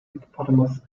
hippopotamus